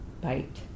Bite